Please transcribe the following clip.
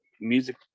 Music